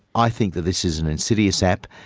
i think that this is an insidious app.